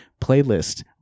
playlist